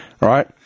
right